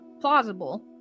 plausible